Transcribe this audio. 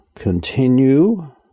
continue